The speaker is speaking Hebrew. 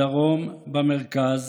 בדרום, במרכז,